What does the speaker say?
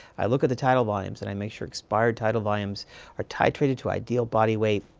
i look at the tidal volumes, and i make sure expired tidal volumes are titrated to ideal body weight.